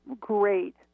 great